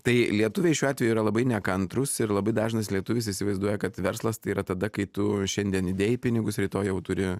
tai lietuviai šiuo atveju yra labai nekantrūs ir labai dažnas lietuvis įsivaizduoja kad verslas tai yra tada kai tu šiandien įdėjai pinigus rytoj jau turi